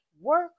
work